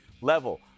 level